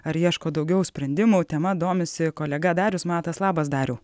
ar ieško daugiau sprendimų tema domisi kolega darius matas labas dariau